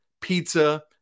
Pizza